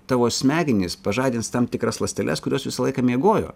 tavo smegenys pažadins tam tikras ląsteles kurios visą laiką miegojo